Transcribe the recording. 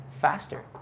faster